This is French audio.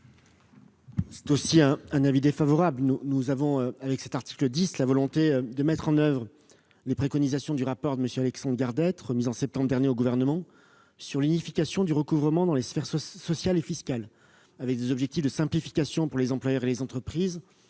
C'est aussi un avis défavorable. Avec cet article, nous avons la volonté de mettre en oeuvre les préconisations du rapport de M. Alexandre Gardette, remis en septembre dernier au Gouvernement sur l'unification du recouvrement dans les sphères sociales et fiscales, avec des objectifs de simplification pour les employeurs et les entreprises,